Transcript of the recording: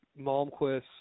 Malmquist